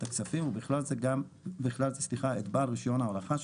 הכספים ובכלל זה את בעל רישיון ההולכה,